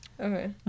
Okay